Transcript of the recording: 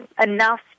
enough